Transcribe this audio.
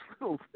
little